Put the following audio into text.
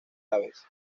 aves